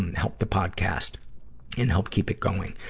and help the podcast and help keep it going.